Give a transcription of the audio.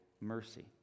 mercy